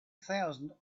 thousand